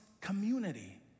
community